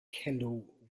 kendall